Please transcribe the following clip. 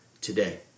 today